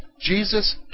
Jesus